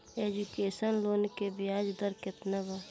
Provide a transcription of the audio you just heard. Education loan के ब्याज दर केतना बा?